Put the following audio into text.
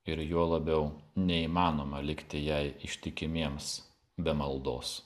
ir juo labiau neįmanoma likti jai ištikimiems be maldos